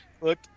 look